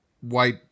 white